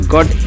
God